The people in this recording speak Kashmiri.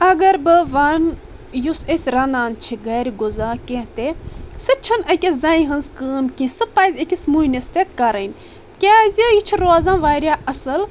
اگر بہٕ وَنہٕ یُس أسۍ رنان چھ گرِ غزا کیٚنٛہہ تہِ سُہ چھنہٕ أکِس زنہِ ہنٛز کٲم کیٚنٛہہ سہ پزِ أکِس مُہنیوِس تہِ کرٕنۍ کیازِ یہِ چھُ روزان واریاہ اصٕل